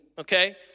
Okay